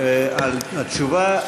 על התשובה.